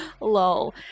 LOL